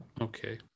okay